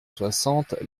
soixante